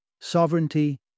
Sovereignty